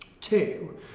Two